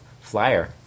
Flyer